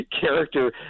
Character